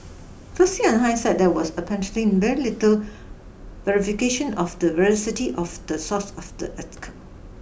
firstly on hindsight there was apparently very little verification of the veracity of the source of the article